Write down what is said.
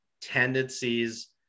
tendencies